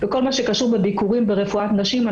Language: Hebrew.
בכל מה שקשור בביקורים ברפואת נשים,